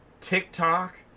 TikTok